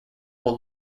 will